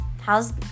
How's